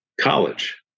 college